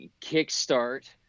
kickstart